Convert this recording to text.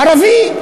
ערבי.